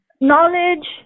knowledge